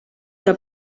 que